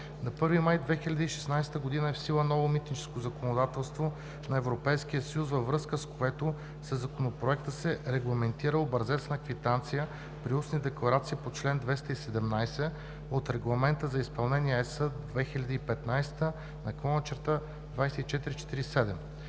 1 май 2016 г. е в сила ново митническо законодателство на Европейския съюз, във връзка с което със Законопроекта се регламентира образец на квитанция при устни декларации по чл. 217 от Регламент за изпълнение (ЕС) 2015/2447.